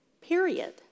period